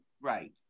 right